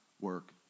work